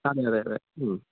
ആണല്ലേ വേറെ മ്മ്